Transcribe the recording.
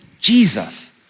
Jesus